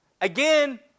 Again